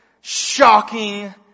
shocking